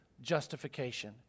justification